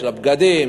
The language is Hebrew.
של הבגדים,